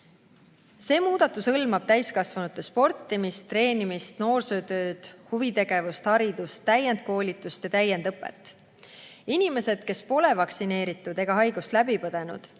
See muudatus hõlmab täiskasvanute sportimist, treenimist, noorsootööd, huvitegevust, ‑haridust, täiendkoolitust ja täiendõpet. Inimesed, kes pole vaktsineeritud ega haigust läbi põdenud,